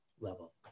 level